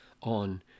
on